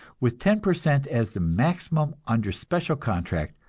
with ten per cent as the maximum under special contract,